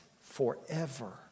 forever